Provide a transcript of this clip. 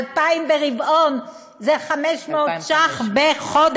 2,000 ברבעון זה 500 בחודש,